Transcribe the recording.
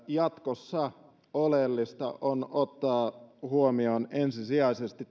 jatkossa oleellista tässä on ottaa huomioon ensisijaisesti